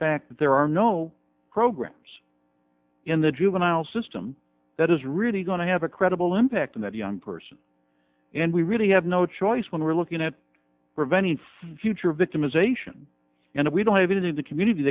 fact that there are no programs in the juvenile system that is really going to have a credible impact on that young person and we really have no choice when we're looking at preventing future victimization and if we don't have it in the community